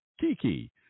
Kiki